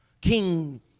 King